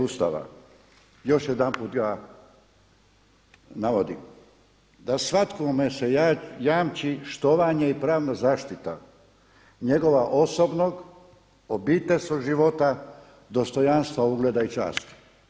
Ustava još jedanput ga navodi da svakome se jamči štovanje i pravna zaštita njegova osobnog, obiteljskog života, dostojanstva, ugleda i časti.